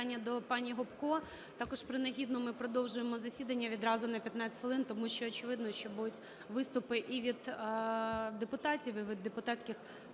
Дякую.